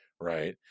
right